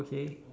okay